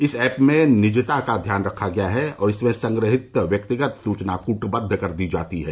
इस ऐप में निजता का ध्यान रखा गया है और इसमें संग्रहित व्यक्तिगत सूचना कूटबद्व कर दी जाती है